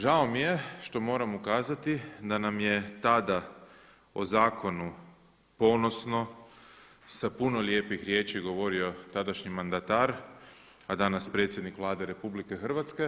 Žao mi je što moram ukazati da nam je tada o zakonu ponosno sa puno lijepih riječi govorio tadašnji mandatar a danas predsjednik Vlade RH.